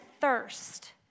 thirst